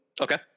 okay